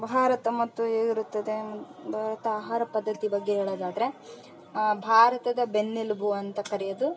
ಭಾರತ ಮತ್ತು ಹೇಗಿರುತ್ತದೆ ಭಾರತ ಆಹಾರ ಪದ್ಧತಿ ಬಗ್ಗೆ ಹೇಳೋದಾದರೆ ಭಾರತದ ಬೆನ್ನೆಲುಬು ಅಂತ ಕರೆಯೋದು